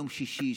יום שישי,